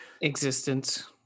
Existence